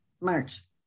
March